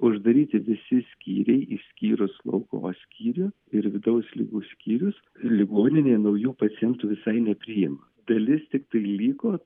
uždaryti visi skyriai išskyrus slaugos skyrių ir vidaus ligų skyrius ligoninė naujų pacientų visai nepriima dalis tik tai liko